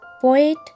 poet